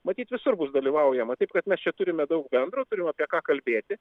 matyt visur bus dalyvaujama taip kad mes čia turime daug bendro turim apie ką kalbėti